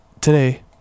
today